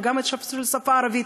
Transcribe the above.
וגם של השפה הערבית,